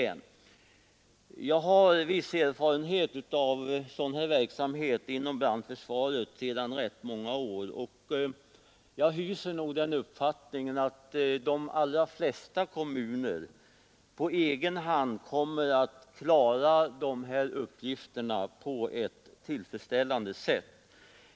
Onsdagen den Jag har viss erfarenhet av sådan här verksamhet inom brandförsvaret 5 december 1973 sedan rätt många år, och jag hyser den uppfattningen att de allra flesta ————— kommuner på egen hand kommer att klara dessa uppgifter på ett Förslag till brandtillfredsställande sätt.